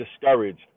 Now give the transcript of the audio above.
discouraged